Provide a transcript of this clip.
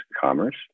Commerce